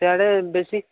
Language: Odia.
ସିଆଡ଼େ ବେଶୀ